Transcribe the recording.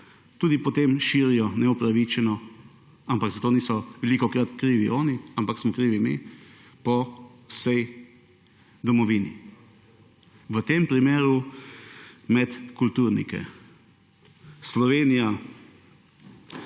potem širijo neupravičeno − ampak za to velikokrat niso krivi oni, ampak smo krivi mi − po vsej domovini. V tem primeru med kulturnike. Slovenije